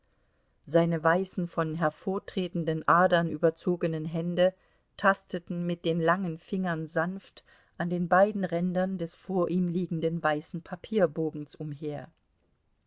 seine weißen von hervortretenden adern überzogenen hände tasteten mit den langen fingern sanft an den beiden rändern des vor ihm liegenden weißen papierbogens umher